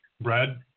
Brad